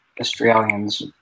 Australians